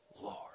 Lord